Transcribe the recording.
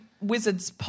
wizards